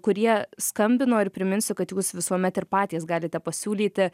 kurie skambino ir priminsiu kad jūs visuomet ir patys galite pasiūlyti